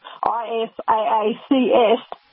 I-S-A-A-C-S